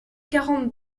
quarante